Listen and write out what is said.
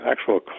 actual